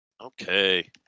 Okay